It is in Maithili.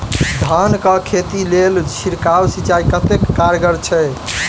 धान कऽ खेती लेल छिड़काव सिंचाई कतेक कारगर छै?